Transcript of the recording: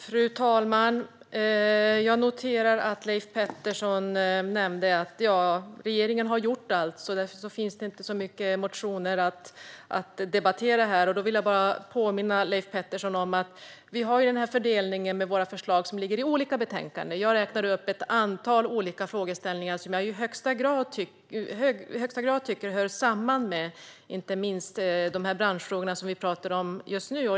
Fru talman! Jag noterar att Leif Pettersson sa att regeringen har gjort allt och att det därför inte finns så många motioner att debattera här. Då vill jag påminna Leif Pettersson om att vi har en fördelning där våra förslag ligger i olika betänkanden. Jag räknade upp ett antal olika frågeställningar som jag i högsta grad tycker hör samman med de branschfrågor som vi talar om just nu.